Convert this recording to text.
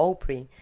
Opry